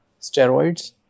steroids